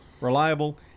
reliable